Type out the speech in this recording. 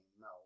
no